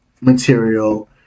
material